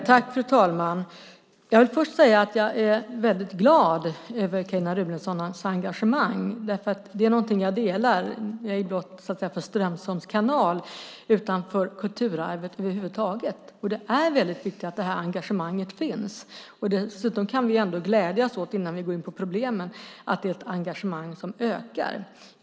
Fru talman! Jag vill först säga att jag är väldigt glad över Carin Runesons engagemang. Det är något jag delar, ej blott för Strömsholms kanal utan för kulturarvet över huvud taget. Det är väldigt viktigt att det här engagemanget finns, och dessutom kan vi ändå glädjas, innan vi går in på problemen, åt att det är ett engagemang som ökar.